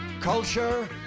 culture